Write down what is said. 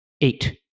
eight